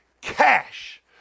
cash